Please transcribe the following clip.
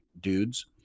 dudes